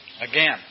Again